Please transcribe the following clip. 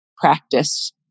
practice